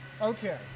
Okay